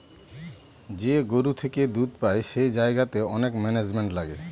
যে গরু থেকে দুধ পাই সেই জায়গাতে অনেক ম্যানেজমেন্ট লাগে